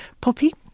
Poppy